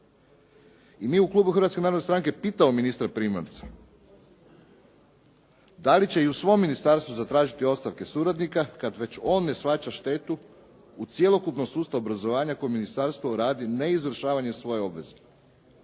I mi u klubu Hrvatske narodne stranke pitamo ministra Primorca da li će i u svom ministarstvu zatražiti ostavke suradnika kad već on ne shvaća štetu u cjelokupnom sustavu obrazovanja koje ministarstvo radi neizvršavanjem svoje obveze.